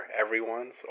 everyone's